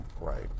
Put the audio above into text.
Right